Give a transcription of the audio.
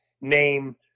name